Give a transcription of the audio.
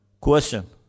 Question